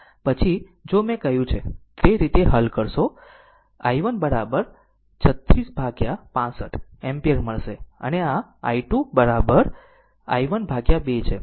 પછી જો મેં કહ્યું છે તે રીતે હલ કરશે i1 will 36 ભાગ્યા 65 એમ્પીયર મળશે અને i2 બરાબર i1 ભાગ્યા 2 છે